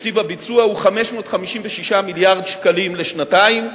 הביצוע הוא 556 מיליארד שקלים לשנתיים.